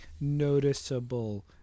noticeable